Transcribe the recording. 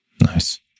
nice